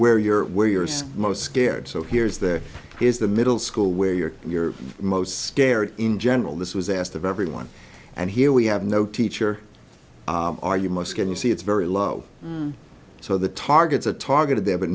where your where your most scared so here's that is the middle school where your your most scared in general this was asked of everyone and here we have no teacher are you most can you see it's very low so the targets are targeted there but